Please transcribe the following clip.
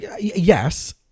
yes